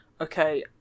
okay